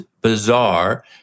bizarre